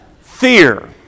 Fear